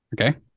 okay